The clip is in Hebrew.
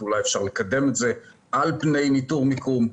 אז אולי אפשר לקדם את זה על פני ניטור מיקום.